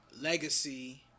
legacy